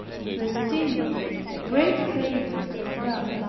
and to esteem it a greater favor from god.